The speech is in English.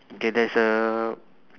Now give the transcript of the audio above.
okay there's a